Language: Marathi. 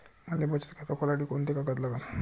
मले बचत खातं खोलासाठी कोंते कागद लागन?